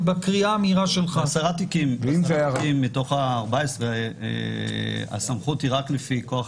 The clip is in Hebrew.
בקריאה המהירה שלך --- ב-10 תיקים מתוך ה-14 הסמכות היא רק מכוח